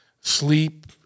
sleep